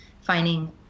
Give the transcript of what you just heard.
finding